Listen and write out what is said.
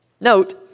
Note